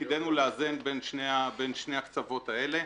ותפקידנו הוא לאזן בין שני הקצוות האלה.